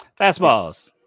Fastballs